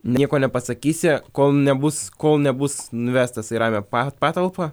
nieko nepasakysi kol nebus kol nebus nuvestas į ramią pa patalpą